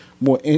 more